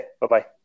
Bye-bye